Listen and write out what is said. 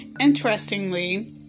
Interestingly